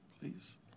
please